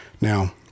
Now